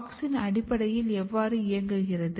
auxin அடிப்படையில் எவ்வாறு இயங்குகிறது